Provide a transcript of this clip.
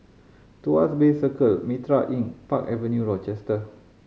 Tuas Bay Circle Mitraa Inn Park Avenue Rochester